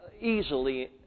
easily